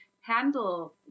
handle